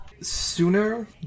sooner